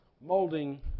molding